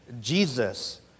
Jesus